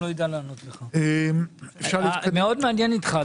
מאוד מעניין איתך,